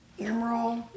Emerald